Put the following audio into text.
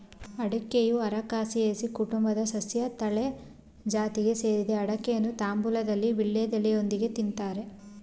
ಅಡಿಕೆಯು ಅರಕಾಸಿಯೆಸಿ ಕುಟುಂಬದ ಸಸ್ಯ ತಾಳೆ ಜಾತಿಗೆ ಸೇರಿದೆ ಅಡಿಕೆಯನ್ನು ತಾಂಬೂಲದಲ್ಲಿ ವೀಳ್ಯದೆಲೆಯೊಂದಿಗೆ ತಿನ್ತಾರೆ